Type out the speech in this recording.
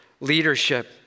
leadership